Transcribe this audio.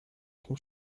zum